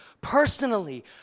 personally